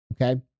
okay